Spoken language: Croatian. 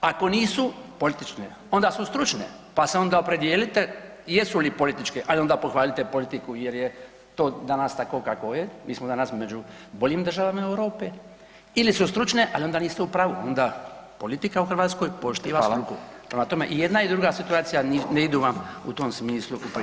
Ako nisu politične onda su stručne, pa se onda opredijelite jesu li političke, ali onda pohvalite politiku jer je to danas takvo kakvo je, mi smo danas među boljim državama Europe ili su stručne, ali onda niste u pravu onda politika u Hrvatskoj poštiva stuku [[Upadica: Fala]] Prema tome, i jedna i druga situacija ne idu vam u tom smislu u prilog.